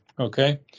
Okay